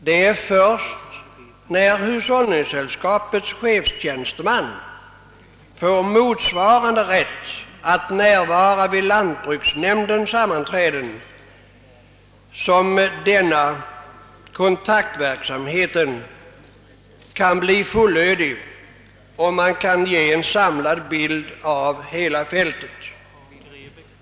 Det är först när hushållningssällskapets chefstjänsteman får motsvarande rätt att närvara vid lantbruksnämndens sammanträden som denna kontaktverksamhet kan bli fullödig och kan ge en samlad bild av hela fältet.